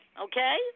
Okay